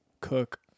Cook